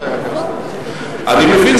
אני מבין,